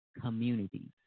communities